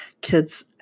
kids